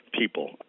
people